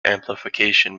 amplification